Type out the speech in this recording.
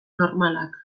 normalak